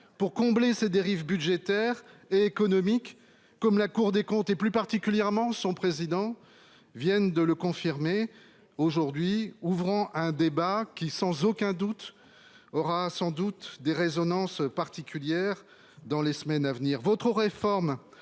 pour combler ses dérives budgétaires et économiques, comme la Cour des comptes, plus particulièrement son président, vient de le confirmer. Aujourd'hui, nous ouvrons un débat qui, sans aucun doute, aura un écho particulier dans les semaines à venir.